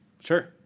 sure